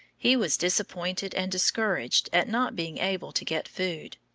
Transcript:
he was disappointed and discouraged at not being able to get food.